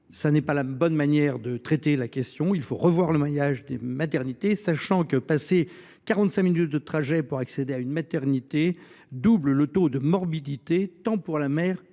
Ce n’est pas la bonne manière de traiter la question. Il faut revoir le maillage des maternités, sachant qu’un trajet de quarante cinq minutes pour accéder à une maternité double le taux de morbidité tant pour la mère que pour